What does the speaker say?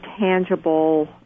tangible